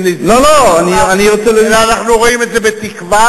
בנזיפה אלא אנחנו אומרים את זה בתקווה.